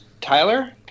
Tyler